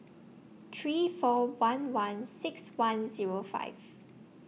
three four one one six one Zero five